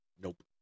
nope